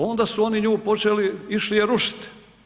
Onda su on nju počeli, išli je rušit.